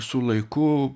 su laiku